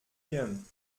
hirn